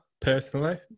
personally